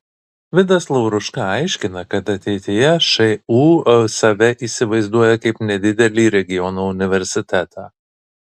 vidas lauruška aiškina kad ateityje šu save įsivaizduoja kaip nedidelį regiono universitetą